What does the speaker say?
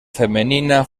femenina